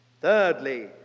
Thirdly